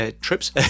trips